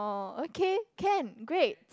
oh okay can great